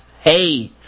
hey